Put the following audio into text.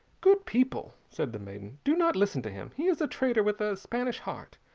good people, said the maiden, do not listen to him. he is a traitor with a spanish heart.